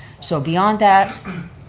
so beyond that,